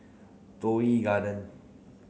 Toh Yi Garden